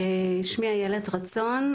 שמי איילת רצון.